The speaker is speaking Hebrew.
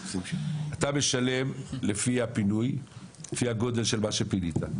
אתה משלם לפי הפינוי, לפי הגודל של מה שפינית.